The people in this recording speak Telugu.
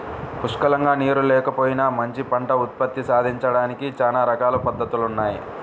పుష్కలంగా నీరు లేకపోయినా మంచి పంట ఉత్పత్తి సాధించడానికి చానా రకాల పద్దతులున్నయ్